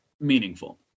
meaningful